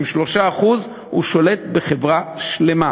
עם 3% הוא שולט בחברה שלמה,